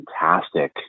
fantastic